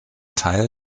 teil